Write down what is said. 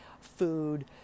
food